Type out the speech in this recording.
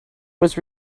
was